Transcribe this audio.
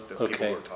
Okay